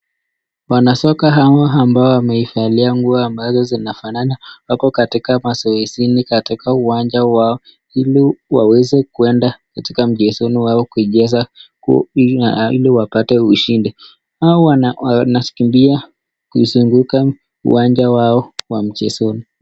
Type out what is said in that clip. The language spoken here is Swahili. Wanasoka hawa ambao wameivalia nguo ambazo zinafanana wako katika mazoezini katika uwanja wao ili waweze kuenda katika mchezoni wao kucheza ili wapate ushindi, hawa wanakimbia kuzunguka uwanja wao wa mchezoni.